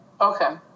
Okay